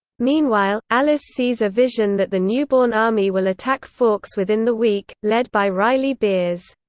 meanwhile, alice sees a vision that the newborn army will attack forks within the week, led by riley biers.